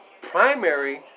Primary